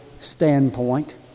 standpoint